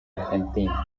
argentina